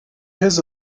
his